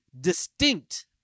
distinct